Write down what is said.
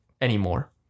anymore